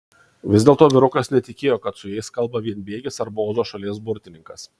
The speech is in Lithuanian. vis dėlto vyrukas netikėjo kad su jais kalba vienbėgis arba ozo šalies burtininkas